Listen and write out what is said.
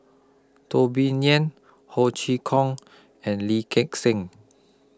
Teo Bee Yen Ho Chee Kong and Lee Gek Seng